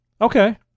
Okay